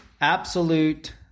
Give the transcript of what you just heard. absolute